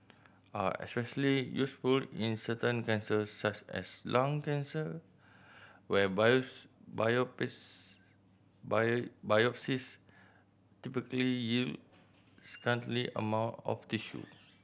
are especially useful in certain cancers such as lung cancer where biopsies biopsies typically yield scanty amount of tissue